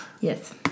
yes